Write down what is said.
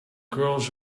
girls